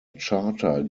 charter